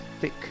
thick